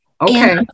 Okay